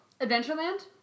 Adventureland